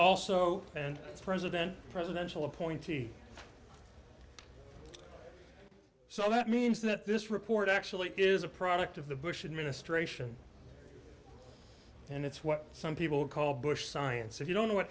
also and president presidential appointee so that means that this report actually is a product of the bush administration and it's what some people call bush science if you don't know what